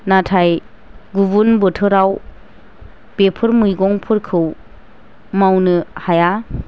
नाथाय गुबुन बोथोराव बेफोर मैगंफोरखौ मावनो हाया